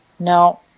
No